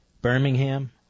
Birmingham